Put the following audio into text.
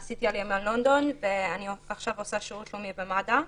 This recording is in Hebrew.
עשיתי עלייה מלונדון ואני עכשיו עושה שירות לאומי במד"א.